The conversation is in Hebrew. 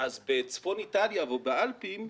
בצפון איטליה ובאלפים,